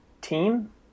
team